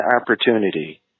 opportunity